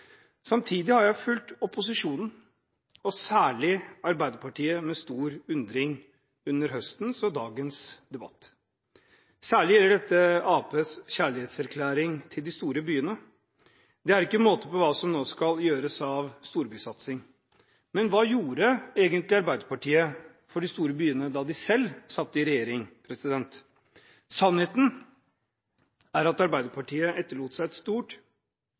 Samtidig har jeg fulgt opposisjonen og særlig Arbeiderpartiet med stor undring i høstens debatter og i dagens debatt, særlig gjelder dette Arbeiderpartiets kjærlighetserklæring til de store byene. Det er ikke måte på hva som nå skal gjøres av storbysatsing. Men hva gjorde egentlig Arbeiderpartiet for de store byene da de selv satt i regjering? Sannheten er at Arbeiderpartiet etterlot seg et stort